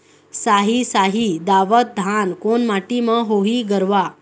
साही शाही दावत धान कोन माटी म होही गरवा?